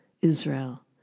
Israel